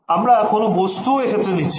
আমরা কোন বস্তুও এক্ষেত্রে নিচ্ছি না